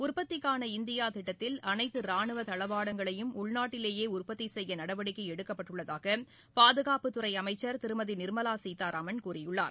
உற்பத்திக்கான இந்தியா திட்டத்தில் அனைத்து ரானுவ தளவாடங்களையும் உள்நாட்டிலேயே உற்பத்தி செய்ய நடவடிக்கை எடுக்கப்பட்டுள்ளதாக பாதுகாப்புத் துறை அமைச்சர் திருமதி நிர்மலா சீதாராமன் கூறியுள்ளார்